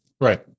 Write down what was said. Right